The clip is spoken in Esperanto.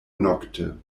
nokte